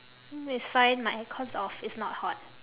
mm it's fine like cause of it's not hot